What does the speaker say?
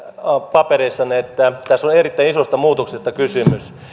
papereissanne että tässä on erittäin isosta muutoksesta kysymys